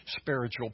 spiritual